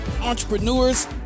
entrepreneurs